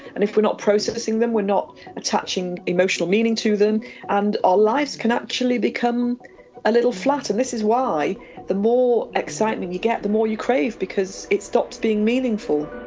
and if we're not processing them, we're not attaching emotional meaning to them and our lives can actually become a little flat. and this is why the more excitement you get, the more you crave, because it stops being meaningful.